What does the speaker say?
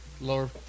Lower